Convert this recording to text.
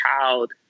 child